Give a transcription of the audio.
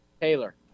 taylor